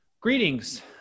Greetings